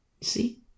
see